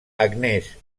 agnès